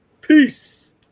Peace